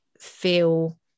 feel